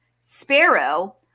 Sparrow